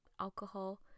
alcohol